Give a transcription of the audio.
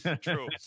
True